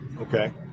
Okay